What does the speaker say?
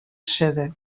xede